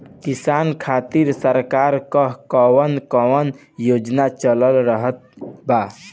किसान खातिर सरकार क कवन कवन योजना चल रहल बा?